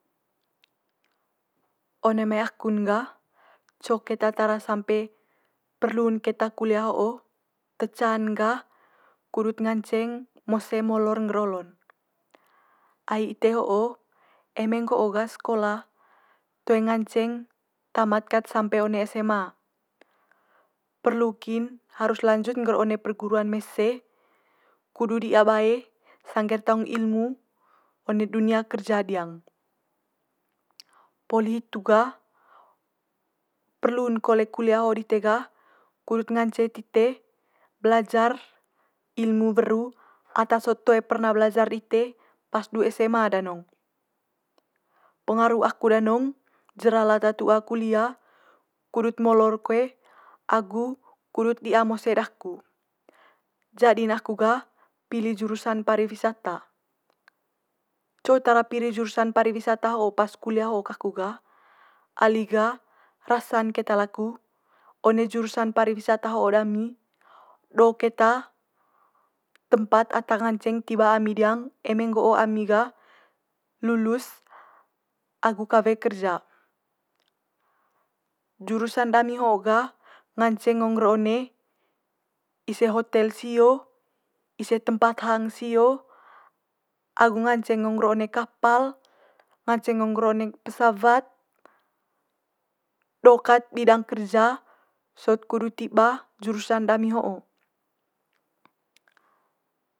one mai aku'n gah co keta tara sampe perlu'n keta kulia ho'o te ca'n gah kudut nganceng mose molor ngger olo'n. Ai ite ho'o eme nggo gah sekola toe nganceng tamat kat sampe one sma, perlu kin harus lanjut ngger one perguruan mese kudu dia bae sangge'r taung ilmu one dunia kerja diang. Poli hitu gah perlu'n kole kulia ho dite gah kudut ngance tite belajar ilmu weru ata sot toe perna belajar dite pas du SMA danong. Pengaru aku danong jera lata tua kulia kudut molor koe agu kudut di'a mose daku, jadi'n aku gah pili jurusan pariwisata. Co tara pili jurusan pariwisata ho pas kulia ho kaku gah ali gah rasa'n keta laku one jurusan pariwisata ho'o dami do keta tempat ata nganceng tiba ami diang eme nggo'o ami gah lulus agu kawe kerja. Jurusan dami ho'o gah ngance ngo nggeer one ise hotel sio, ise tempat hang sio agu nganceng ngo ngger one kapal, nganceng ngo ngger one pesawat do kat bidang kerja sot kudut tiba jurusan dami ho'o.